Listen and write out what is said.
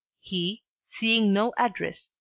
he, seeing no address,